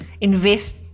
invest